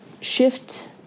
shift